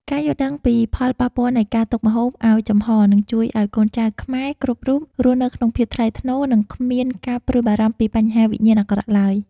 ការយល់ដឹងពីផលប៉ះពាល់នៃការទុកម្ហូបឱ្យចំហរនឹងជួយឱ្យកូនចៅខ្មែរគ្រប់រូបរស់នៅក្នុងភាពថ្លៃថ្នូរ និងគ្មានការព្រួយបារម្ភពីបញ្ហាវិញ្ញាណអាក្រក់ឡើយ។